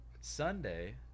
Sunday